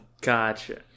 Gotcha